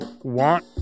want